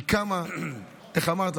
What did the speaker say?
היא קמה, איך אמרת?